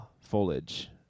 foliage